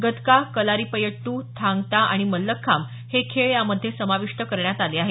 गतका कलारीपयट्ट थांग ता आणि मल्लखांब हे खेळ यामधे समाविष्ट करण्यात आले आहेत